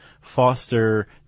foster